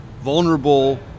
vulnerable